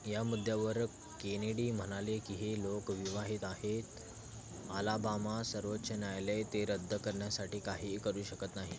या मुद्द्यावर केनेडी म्हणाले की हे लोक विवाहित आहेत आलाबामा सर्वोच्च न्यायालय ते रद्द करण्यासाठी काहीही करू शकत नाही